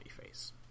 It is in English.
face